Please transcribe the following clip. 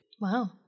Wow